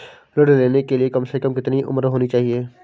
ऋण लेने के लिए कम से कम कितनी उम्र होनी चाहिए?